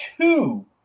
two